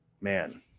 man